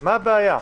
מה הבעיה?